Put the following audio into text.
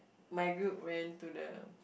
my group ran to the